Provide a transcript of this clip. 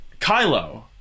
Kylo